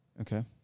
Okay